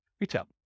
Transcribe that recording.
retail